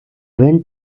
went